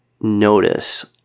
notice